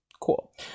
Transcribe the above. Cool